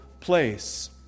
place